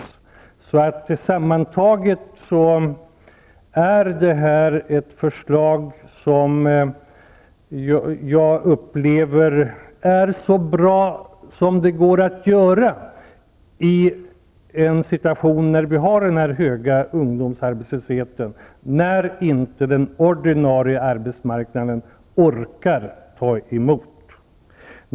Sammantaget upplever jag att förslaget är så bra det kan bli i en situation då vi har en så hög ungdomsarbetslöshet att den ordinarie arbetsmarknaden inte orkar med.